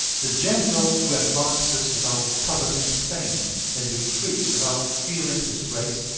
the general who advances without coveting fame and retreats without fearing disgrace,